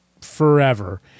forever